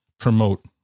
promote